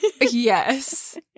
Yes